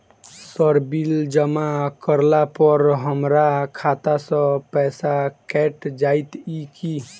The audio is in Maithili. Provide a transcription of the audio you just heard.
सर बिल जमा करला पर हमरा खाता सऽ पैसा कैट जाइत ई की?